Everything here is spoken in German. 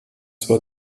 zwar